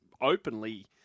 openly